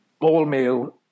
all-male